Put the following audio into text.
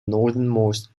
northernmost